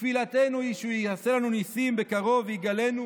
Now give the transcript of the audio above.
תפילתנו היא שהוא יעשה לנו ניסים בקרוב, ויגאלנו